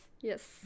Yes